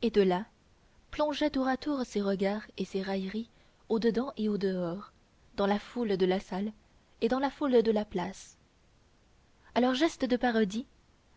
et de là plongeait tour à tour ses regards et ses railleries au dedans et au dehors dans la foule de la salle et dans la foule de la place à leurs gestes de parodie